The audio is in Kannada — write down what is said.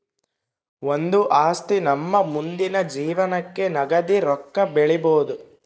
ಒಂದು ಆಸ್ತಿ ನಮ್ಮ ಮುಂದಿನ ಜೀವನಕ್ಕ ನಗದಿ ರೊಕ್ಕ ಬೆಳಿಬೊದು